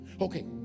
Okay